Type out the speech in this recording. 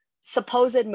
supposed